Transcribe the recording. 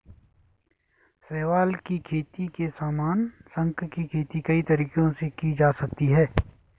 शैवाल की खेती के समान, शंख की खेती कई तरीकों से की जा सकती है